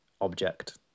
object